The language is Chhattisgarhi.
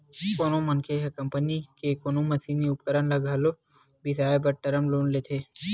कोनो मनखे ह कंपनी के कोनो मसीनी उपकरन ल घलो बिसाए बर टर्म लोन लेथे